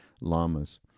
lamas